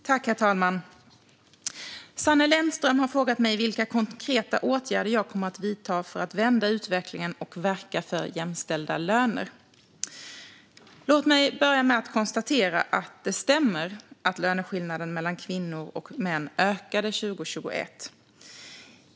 Herr talman! Sanne Lennström har frågat mig vilka konkreta åtgärder jag kommer att vidta för att vända utvecklingen och verka för jämställda löner. Låt mig börja med att konstatera att det stämmer att löneskillnaden mellan kvinnor och män ökade 2021.